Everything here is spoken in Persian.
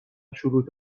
شروط